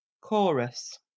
chorus